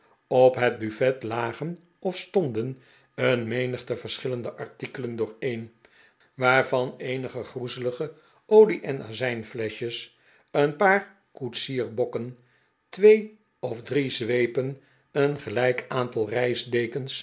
op het buffet lagen of stonden een menigte verschillende artikelen dooreen waarvan eenige groezelige olie en azijnfleschjes een paar koetsiersbokken twee of drie zweepen een gelijk aantal reisdekens